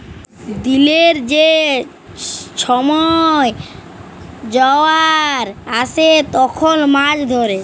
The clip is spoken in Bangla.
দিলের যে ছময় জয়ার আসে তখল মাছ ধ্যরে